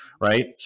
right